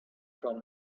from